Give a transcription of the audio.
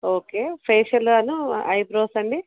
okay ఫేషియలనూ eyebrows అండి